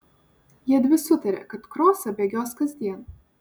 jiedvi sutarė kad krosą bėgios kasdien